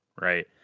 right